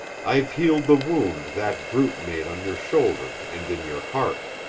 i've healed the wound that brute made on your shoulder and in your heart.